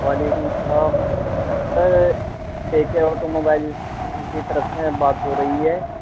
وعلیکم السلام sir A K automobile کی طرف سے بات ہو رہی ہے